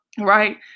right